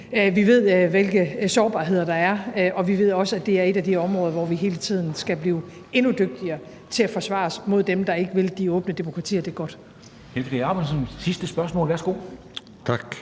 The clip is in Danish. vi ved, hvilke sårbarheder der er, og vi ved også, at det er et af de områder, hvor vi hele tiden skal blive endnu dygtigere til at forsvare os mod dem, der ikke vil de åbne demokratier det godt.